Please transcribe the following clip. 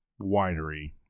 winery